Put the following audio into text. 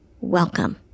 Welcome